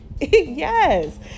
Yes